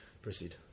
Proceed